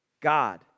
God